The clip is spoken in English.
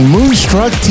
Moonstruck